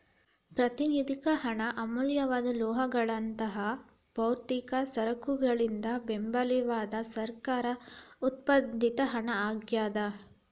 ಪ್ರಾತಿನಿಧಿಕ ಹಣ ಅಮೂಲ್ಯವಾದ ಲೋಹಗಳಂತಹ ಭೌತಿಕ ಸರಕುಗಳಿಂದ ಬೆಂಬಲಿತವಾದ ಸರ್ಕಾರ ಉತ್ಪಾದಿತ ಹಣ ಆಗ್ಯಾದ